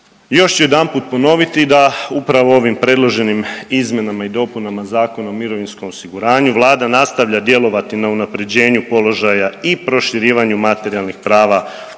Još ću jedanput ponoviti da upravo ovim predloženim izmjenama i dopunama Zakona o mirovinskom osiguranju Vlada nastavlja djelovati na unapređenju položaja i proširivanju materijalnih prava